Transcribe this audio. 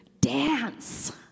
dance